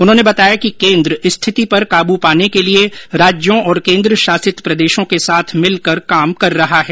उन्होंने बताया कि केंद्र स्थिति पर काबू पाने के लिए राज्यों और केंद्र शासित प्रदेशों के साथ मिलकर काम कर रहा है